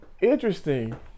interesting